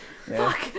Fuck